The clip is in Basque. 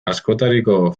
askotariko